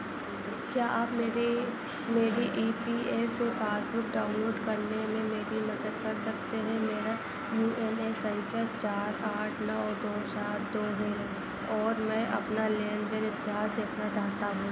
क्या आप मेरी मेरी E P F passbook download करने में मेरी मदद कर सकते हैं मेरा यू एन ए संख्या चार आठ नौ दो सात दो है और मैं अपना लेन देन इतिहास देखना चाहता हूँ